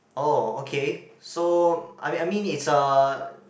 oh okay so I mean I mean it's a